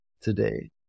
today